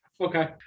Okay